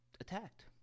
attacked